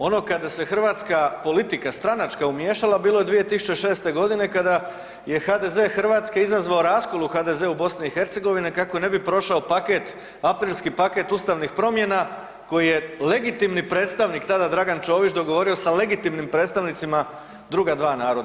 Ono kada se hrvatska politika stranačka umiješala bilo je 2006. godine kada je HDZ Hrvatske izazvao raskol u HD-u BiH kako ne bi prošao paket, aprilski paket ustavnih promjena koji je legitimni predstavnik tada Dragan Čović tada dogovorio sa legitimnim predstavnicima druga dva naroda.